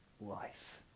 life